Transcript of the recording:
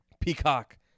Peacock